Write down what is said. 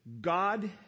God